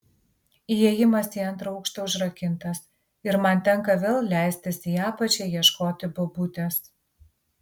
įėjimas į antrą aukštą užrakintas ir man tenka vėl leistis į apačią ieškoti bobutės